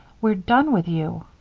we're done with you.